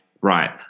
right